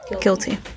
guilty